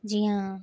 جی ہاں